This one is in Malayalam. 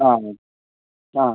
അ അ അ